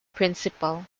principal